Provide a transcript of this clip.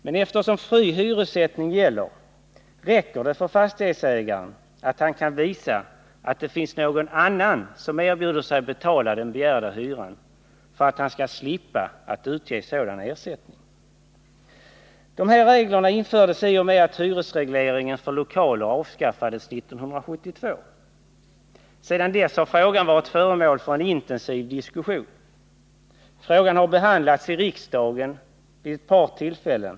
Men eftersom fri hyressättning gäller räcker det för fastighetsägaren att han kan visa att det finns någon annan som erbjuder sig betala den begärda hyran för att han skall slippa att utge sådan ersättning. Dessa regler infördes i och med att hyresregleringen för lokaler avskaffades 1972. Sedan dess har frågan varit föremål för en intensiv diskussion. Frågan har behandlats i riksdagen vid ett par tillfällen.